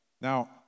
now